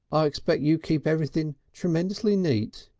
i expect you'd keep everything tremendously neat.